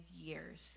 years